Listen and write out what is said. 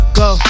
go